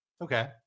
Okay